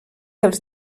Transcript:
dels